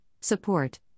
support